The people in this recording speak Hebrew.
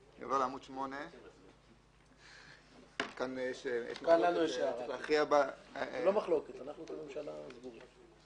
לעמ' 8 וכאן יש מחלוקת שצריך להכריע בה.